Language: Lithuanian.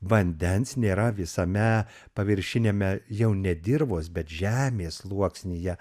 vandens nėra visame paviršiniame jau ne dirvos bet žemės sluoksnyje